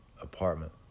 apartment